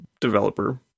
developer